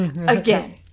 again